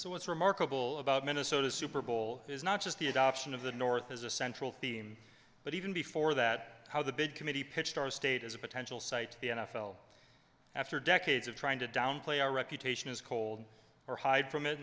so what's remarkable about minnesota super bowl is not just the adoption of the north as a central theme but even before that how the big committee pitched our state as a potential site the n f l after decades of trying to downplay our reputation as cold or hide from it